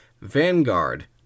Vanguard